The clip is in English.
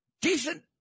Decent